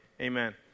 amen